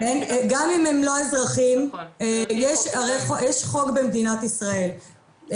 גם אם הם לא אזרחים יש חוק במדינת ישראל,